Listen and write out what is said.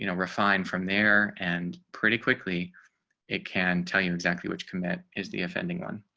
you know refine from there and pretty quickly it can tell you exactly which commit is the offending on